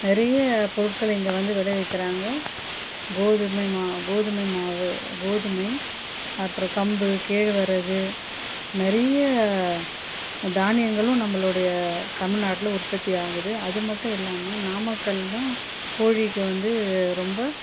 நிறைய பொருட்கள் இங்கே வந்து விளைவிக்கறாங்க கோதுமை மா கோதுமை மாவு கோதுமை அப்புறம் கம்பு கேழ்வரகு நிறைய தானியங்களும் நம்பளுடைய தமிழ்நாட்டில் உற்பத்தி ஆகுது அது மட்டும் இல்லாமல் நாமக்கல் தான் கோழிக்கு வந்து ரொம்ப